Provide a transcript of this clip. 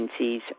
agencies